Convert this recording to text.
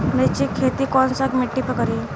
मिर्ची के खेती कौन सा मिट्टी पर करी?